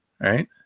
right